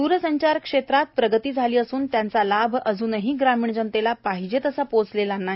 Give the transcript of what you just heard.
द्रसंचार क्षेत्रात प्रगती झाली असून त्यांचा लाभ अजूनही ग्रामीण जनतेला पाहिजे तसा पोहोचलेला नाही